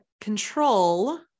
control